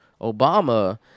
Obama